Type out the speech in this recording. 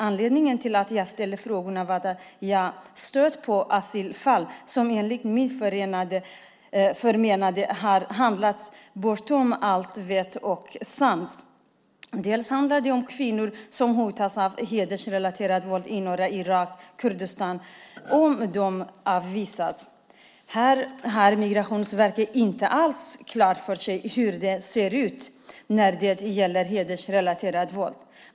Anledningen till att jag ställde frågorna är att jag har stött på asylfall som enligt mitt förmenande har handlagts bortom allt vett och sans. Det handlar om kvinnor som hotas av hedersrelaterat våld i norra Irak, Kurdistan, om de avvisas. Här har Migrationsverket inte alls klart för sig hur det ser ut när det gäller hedersrelaterat våld.